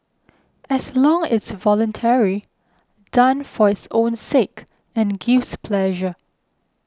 as long it's voluntary done for its own sake and gives pleasure